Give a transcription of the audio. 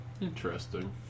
Interesting